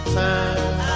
time